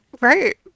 Right